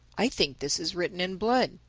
i think this is written in blood,